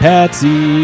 Patsy